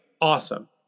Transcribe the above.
Awesome